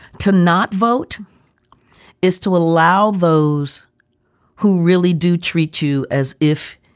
to not vote is to allow those who really do treat you as if